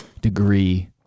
degree